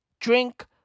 Drink